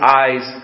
eyes